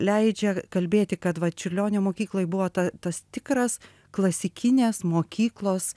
leidžia kalbėti kad va čiurlionio mokykloj buvo ta tas tikras klasikinės mokyklos